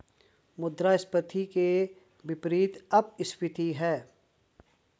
मुद्रास्फीति के विपरीत अपस्फीति है